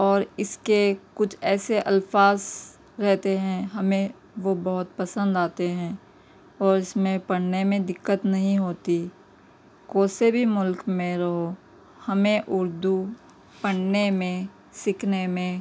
اور اس کے کچھ ایسے الفاظ رہتے ہیں ہمیں وہ بہت پسند آتے ہیں اور اس میں پڑھنے میں دقت نہیں ہوتی کوئی سے بھی ملک میں رہو ہمیں اردو پڑھنے میں سیکھنے میں